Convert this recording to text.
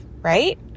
right